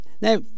now